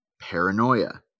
paranoia